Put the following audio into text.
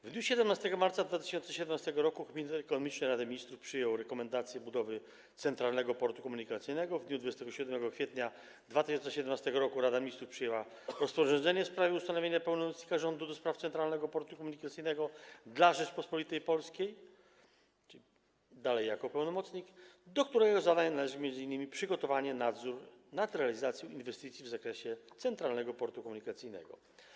W dniu 17 marca 2017 r. Komitet Ekonomiczny Rady Ministrów przyjął rekomendację budowy Centralnego Portu Komunikacyjnego, a w dniu 27 kwietnia 2017 r. Rada Ministrów przyjęła rozporządzenie w sprawie ustanowienia pełnomocnika rządu do spraw Centralnego Portu Komunikacyjnego dla Rzeczypospolitej Polskiej - dalej jako pełnomocnik - do którego zadań należy m.in. przygotowanie inwestycji i nadzór nad realizacją inwestycji w zakresie Centralnego Portu Komunikacyjnego.